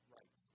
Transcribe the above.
right